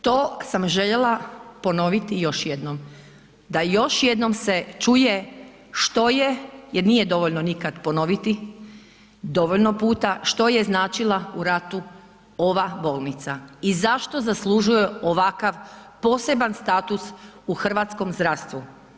To sam željela ponoviti još jednom, da još jednom se čuje što je, jer nije dovoljno nikad ponoviti dovoljno puta, što je značila u ratu ova bolnica i zašto zaslužuje ovakav poseban status u hrvatskom zdravstvu?